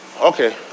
Okay